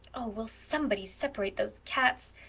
oh, will somebody separate those cats?